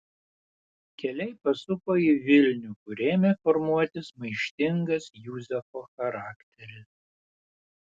keliai pasuko į vilnių kur ėmė formuotis maištingas juzefo charakteris